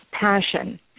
Passion